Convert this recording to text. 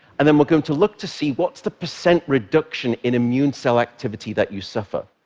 and then we're going to look to see what's the percent reduction in immune cell activity that you suffer.